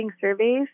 surveys